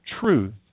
truth